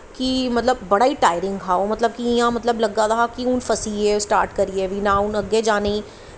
कि मतलब बड़ा गै टायरिंग हा ओह् कि इ'यां लग्गा दा हा कि इ'यां फसियै स्टार्ट करयै ना हून अग्गें जाइयै बी ना